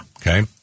Okay